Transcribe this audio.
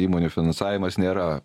įmonių finansavimas nėra